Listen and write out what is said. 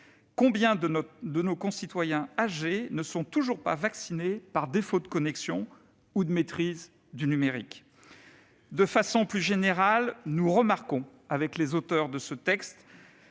Combien de nos concitoyens âgés ne sont toujours pas vaccinés par défaut de connexion ou de maîtrise du numérique ? Bonne question ! D'une manière plus générale, nous remarquons, avec les auteurs de ce texte,